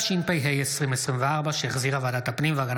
ברשות יושב-ראש הכנסת, אני מתכבד להודיעכם,